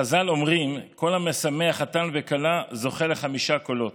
חז"ל אומרים: כל המשמח חתן וכלה זוכה לחמישה קולות.